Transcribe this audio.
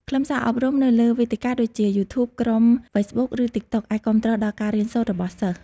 ខ្លឹមសារអប់រំនៅលើវេទិកាដូចជា YouTube ក្រុម Facebook ឬ TikTok អាចគាំទ្រដល់ការរៀនសូត្ររបស់សិស្ស។